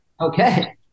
Okay